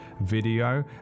video